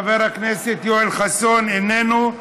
חבר הכנסת יואל חסון, איננו.